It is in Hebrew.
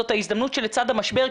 זו ההזדמנות שלצד המשבר,